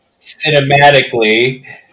cinematically